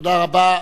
תודה רבה.